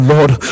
Lord